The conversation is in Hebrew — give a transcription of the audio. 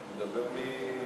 הוא מדבר מהרהורי לבו.